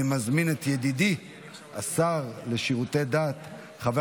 אני מזמין את ידידי השר לשירותי דת חבר